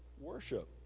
worship